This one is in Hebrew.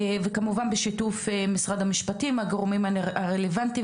כמובן בשיתוף משרד המשפטים והגורמים הרלוונטיים